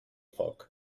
foc